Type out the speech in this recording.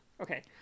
Okay